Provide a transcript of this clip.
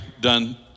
done